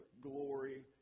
glory